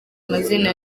amazina